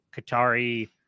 Qatari